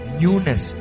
newness